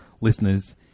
listeners